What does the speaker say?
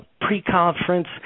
pre-conference